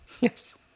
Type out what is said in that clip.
yes